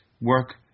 work